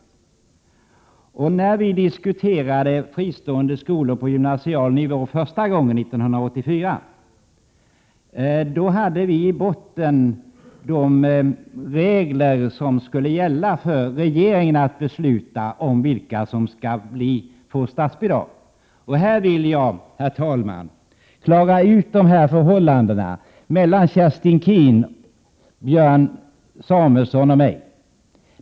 När vi i riksdagen diskuterade fristående skolor på gymnasial nivå första gången, 1984, fanns i botten de regler som skulle gälla för regeringen för att besluta om vilka som skulle få statsbidrag. Jag vill, herr talman, klara ut dessa förhållanden mellan Kerstin Keen, Björn Samuelson och mig.